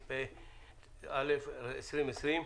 התשפ"א-2020.